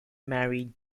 married